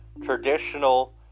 traditional